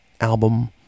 album